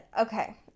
Okay